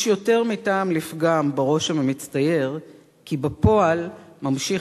יש יותר מטעם לפגם ברושם המצטייר שבפועל ממשיך